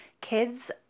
kids